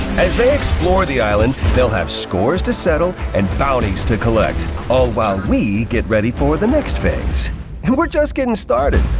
as they explore the island, they'll have scores to settle and bounties to collect all while we get ready for the next phase and we're just getting started.